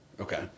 Okay